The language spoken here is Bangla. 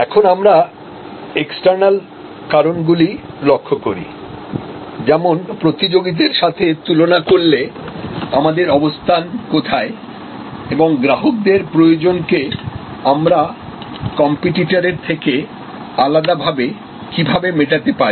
এখন আমরা এক্সটার্নাল কারণগুলি লক্ষ্য করি যেমন প্রতিযোগীদের সাথে তুলনা করলে আমাদের অবস্থান কোথায় এবং গ্রাহকদের প্রয়োজনকে আমরা কম্পিটিটরেরথেকে আলাদাভাবে কিভাবে মেটাতে পারি